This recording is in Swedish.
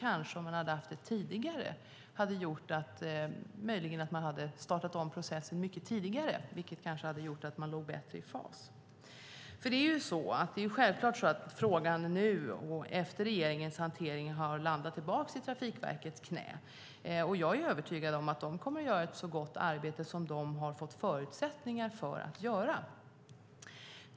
Om man hade haft det tidigare hade det möjligen gjort att man startat om processen mycket tidigare, vilket kanske hade gjort att man legat bättre i fas. Nu efter regeringens hantering har frågan självklart åter landat i Trafikverkets knä. Jag är övertygad om att de kommer att göra ett så gott arbete som de har fått förutsättningar för att göra.